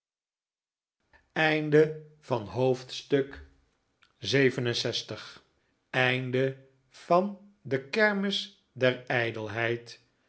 van de kermis der